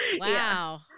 Wow